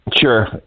Sure